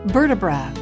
Vertebra